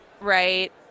right